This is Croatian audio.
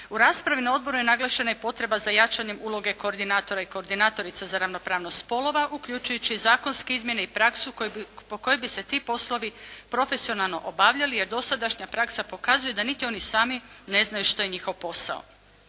U raspravi na odboru je naglašena i potreba za jačanjem uloge koordinatora i koordinatorica za ravnopravnost spolova, uključujući i zakonske izmjene i prasku po kojoj bi se ti poslovi profesionalno obavljali jer do sadašnja praksa pokazuje da niti oni samo ne znaju što je njihov posao.